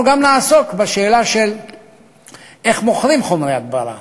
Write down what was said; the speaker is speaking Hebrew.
אנחנו גם נעסוק בשאלה איך מוכרים חומרי הדברה,